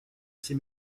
ses